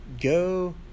go